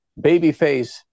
Babyface